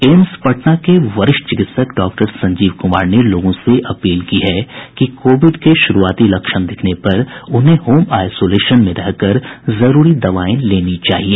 AIIMS Patna के वरिष्ठ चिकित्सक डॉक्टर संजीव कुमार ने लोगों से अपील की है कि कोविड के शुरूआती लक्षण दिखने पर उन्हें होम आइसोलेशन में रहकर जरूरी दवाएं लेनी चाहिए